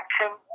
action